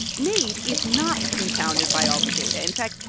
nate is not confounded by all the data. in fact,